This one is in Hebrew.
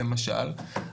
למשל,